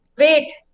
Wait